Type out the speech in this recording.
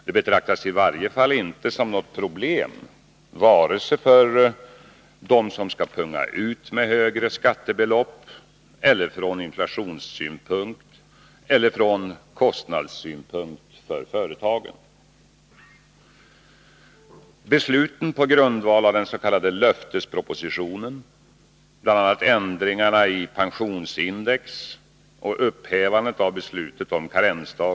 De betraktas i varje fall inte som något problem vare sig för dem som skall punga ut med högre skattebelopp, från inflationssynpunkt eller från kostnadssynpunkt för företagen.